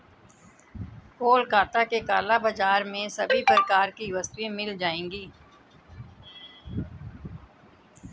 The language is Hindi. कोलकाता के काला बाजार में सभी प्रकार की वस्तुएं मिल जाएगी